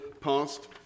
passed